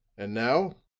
and now,